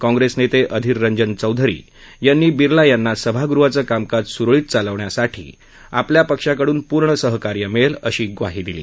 काँप्रेस नेते अधीर रंजन चौधरी यांनी विर्ला यांना सभागृहाचं कामकाज सुरळीत चालवण्यासाठी आपल्या पक्षाकडून पूर्ण सहकार्य मिळेल अशी ग्वाही दिली